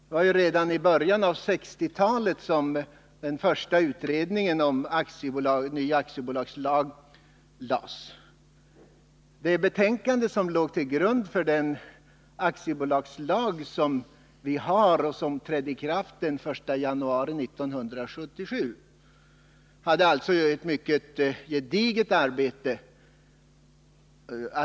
Redan i början av 1960-talet kom den första utredningen om den nu aktuella aktiebolagslagen. Det betänkande som låg till grund för den nuvarande aktiebolagslagen, som trädde i kraft den 1 januari 1977, var mycket gediget.